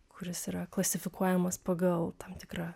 kuris yra klasifikuojamas pagal tam tikrą